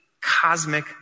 cosmic